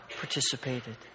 participated